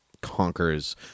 conquers